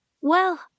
Well